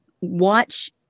watch